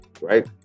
right